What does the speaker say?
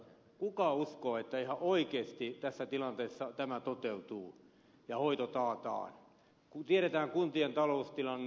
kuka uskoo että ihan oikeasti tässä tilanteessa tämä toteutuu ja hoito taataan kun tiedetään kuntien taloustilanne